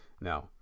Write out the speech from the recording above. Now